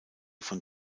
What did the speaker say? von